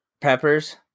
Peppers